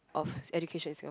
of education in Singapore